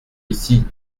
ici